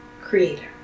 creator